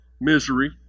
misery